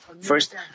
First